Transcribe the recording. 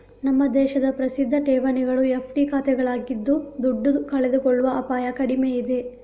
ನಮ್ಮ ದೇಶದ ಪ್ರಸಿದ್ಧ ಠೇವಣಿಗಳು ಎಫ್.ಡಿ ಖಾತೆಗಳಾಗಿದ್ದು ದುಡ್ಡು ಕಳೆದುಕೊಳ್ಳುವ ಅಪಾಯ ಕಡಿಮೆ ಇದೆ